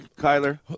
kyler